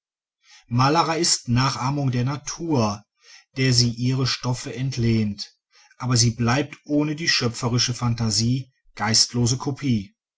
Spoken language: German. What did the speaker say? malerei ist nachahmung der natur der sie ihre stoffe entlehnt aber sie bleibt ohne die schöpferische phantasie geistlose